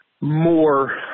more